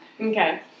Okay